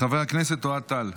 חבר הכנסת אוהד טל,